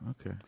Okay